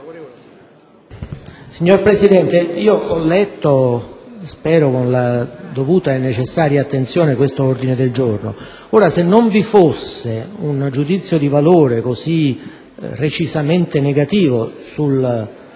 Signor Presidente, ho letto - spero con la dovuta e necessaria attenzione - l'ordine del giorno in esame: se non vi fosse un giudizio di valore così recisamente negativo sul